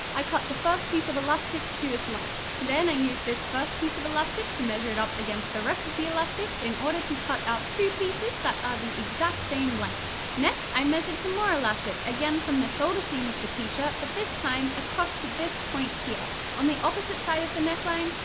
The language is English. i cut the first piece of elastic to this length. then i used this first piece of elastic to measure it up against the rest of the elastic, in order to cut out two pieces that are the exact same length! next, i measured some more elastic, again from the shoulder seam of the t-shirt, but this time across to this point here on the opposite side of the neckline,